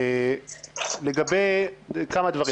כמה דברים.